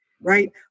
right